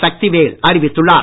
சக்தவேல் அறிவித்துள்ளார்